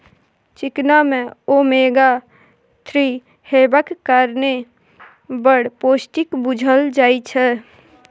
चिकना मे omega three हेबाक कारणेँ बड़ पौष्टिक बुझल जाइ छै